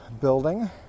building